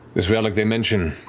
this relic they mention,